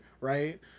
right